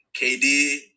KD